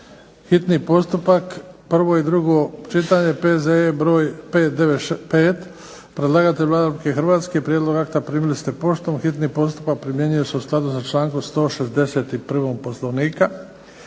hitni postupak, prvo i drugo čitanje, P.Z.E. broj 595 Predlagatelj je Vlada Republike Hrvatske. Prijedlog akta primili ste poštom. Hitni postupak primjenjuje se u skladu sa člankom 161. Poslovnika.